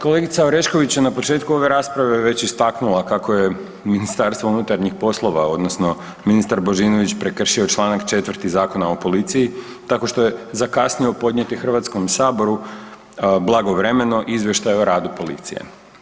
Kolegica Orešković je na početku ove rasprave već istaknula kako je Ministarstvo unutarnjih poslova odnosno ministar Božinović prekršio članak 4. Zakona o policiji tako što je zakasnio podnijeti Hrvatskom saboru blagovremeno Izvještaj o radu policije.